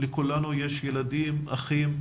לכולנו יש ילדים, אחים,